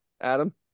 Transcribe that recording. Adam